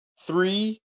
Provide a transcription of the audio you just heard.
three